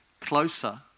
closer